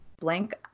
blank